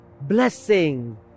blessing